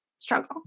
struggle